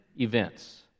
events